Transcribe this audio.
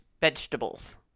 vegetables